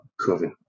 COVID